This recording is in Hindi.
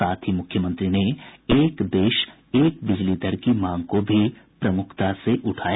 साथ ही मुख्यमंत्री ने एक देश एक बिजली दर की मांग को भी प्रमुखता से उठाया